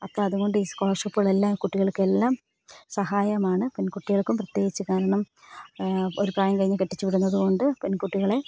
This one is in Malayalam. അപ്പോൾ അതുകൊണ്ട് ഈ സ്കോളർഷിപ്പുകളെല്ലാം കുട്ടികൾക്കെല്ലാം സഹായമാണ് പെൺകുട്ടികൾക്കും പ്രത്യേകിച്ച് കാരണം ഒരു പ്രായം കഴിഞ്ഞ് കെട്ടിച്ചുവിടുന്നതുകൊണ്ട് പെൺകുട്ടികളെ